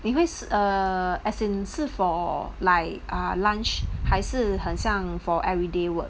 你会 err as in 是 for like ah lunch 还是很像 for everyday work